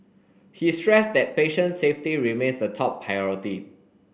he stressed that patient safety remains the top priority